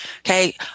Okay